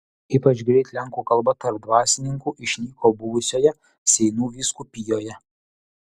ypač greit lenkų kalba tarp dvasininkų išnyko buvusioje seinų vyskupijoje